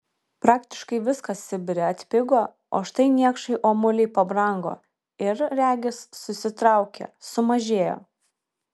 praktiškai viskas sibire atpigo o štai niekšai omuliai pabrango ir regis susitraukė sumažėjo